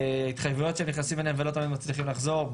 התחייבויות שנכנסים אליהם ולא תמיד מצליחים לחזור,